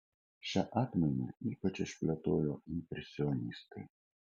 šią atmainą ypač išplėtojo impresionistai